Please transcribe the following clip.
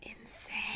insane